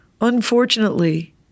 Unfortunately